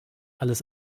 alles